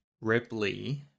Ripley